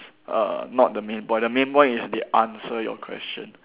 uh not the main point the main point is they answer your question